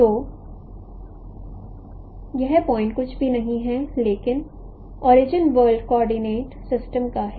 तो यह पॉइंट कुछ भी नहीं है लेकिन ओरिजिन वर्ल्ड कोऑर्डिनेट सिस्टम का है